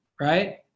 right